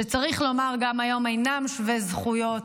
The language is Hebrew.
שצריך לומר גם היום שהם אינם שווי זכויות